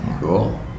cool